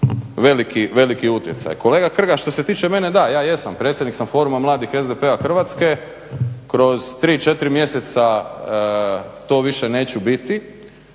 veliki utjecaj. Kolega Hrga, što se tiče mene da, ja jesam, predsjednik sam foruma mladih SDP-a Hrvatske kroz tri, četiri mjeseca to više neću biti,